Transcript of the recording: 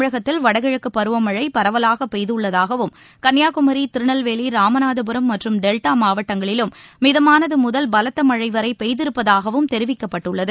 தமிழகத்தில் வடகிழக்குப் பருவமழை பரவலாக பெய்துள்ளதாகவும் கன்னியாகுமரி திருநெல்வேலி ராமநாதபுரம் மற்றும் டெல்டா மாவட்டங்களிலும் மிதமானது முதல் பலத்த மழை வரை பெய்திருப்பதாகவும் தெரிவிக்கப்பட்டுள்ளது